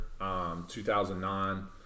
2009